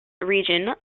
region